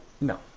no